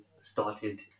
started